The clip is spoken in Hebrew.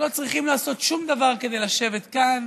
שלא צריכים לעשות שום דבר כדי לשבת כאן